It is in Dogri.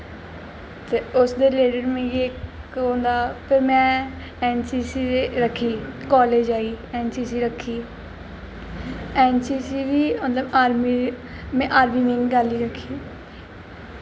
ते उस दे रिलेटिड मिगी इक होंदा कि में एन सी सी रखी दी कॉलेज़ जाई एन सी सी रखी एन सी सी दी मतलब आर्मी में आर्मी दी गल्ल निं रक्खी